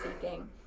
seeking